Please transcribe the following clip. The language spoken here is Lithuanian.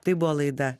tai buvo laida